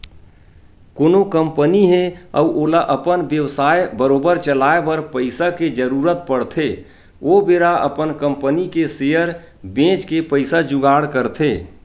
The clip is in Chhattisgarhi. कोनो कंपनी हे अउ ओला अपन बेवसाय बरोबर चलाए बर पइसा के जरुरत पड़थे ओ बेरा अपन कंपनी के सेयर बेंच के पइसा जुगाड़ करथे